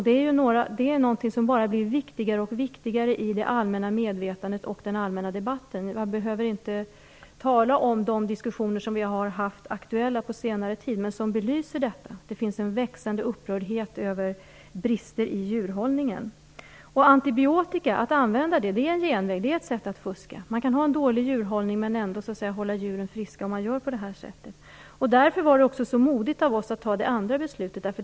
Det är någonting som blir allt viktigare i det allmänna medvetandet och den allmänna debatten. Man behöver inte tala om de diskussioner som varit aktuella på senare tid och som belyser att det finns en växande upprördhet över brister i djurhållningen. Att använda antibiotika är en genväg och ett sätt att fuska. Man kan ha en dålig djurhållning men ändå hålla djuren friska om man gör så. Därför var det också modigt att fatta beslutet.